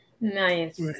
Nice